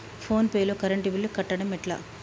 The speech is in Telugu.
ఫోన్ పే లో కరెంట్ బిల్ కట్టడం ఎట్లా?